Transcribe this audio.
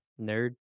nerd